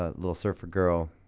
ah little surfer girl